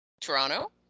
Toronto